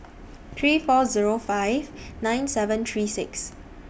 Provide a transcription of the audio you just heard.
three four Zero five nine seven three six